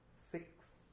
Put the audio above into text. six